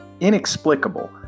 Inexplicable